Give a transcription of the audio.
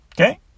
Okay